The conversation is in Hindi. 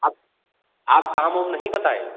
आप आप दाम उम नहीं बताएँ